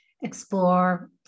explore